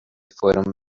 fueron